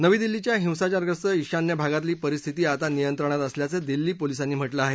नवी दिल्लीच्या हिंसाचारग्रस्त ईशान्य भागातली परिस्थिती आता नियंत्रणात असल्याचं दिल्ली पोलिसांनी म्हटलं आहे